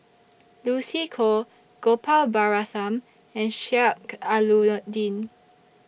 Lucy Koh Gopal Baratham and Sheik Alau'ddin